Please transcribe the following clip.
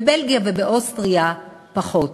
בבלגיה ובאוסטריה פחות.